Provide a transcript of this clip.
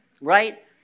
right